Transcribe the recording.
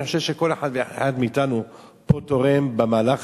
אני חושב שכל אחד ואחד מאתנו פה תורם במהלך